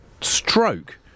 stroke